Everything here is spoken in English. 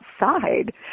outside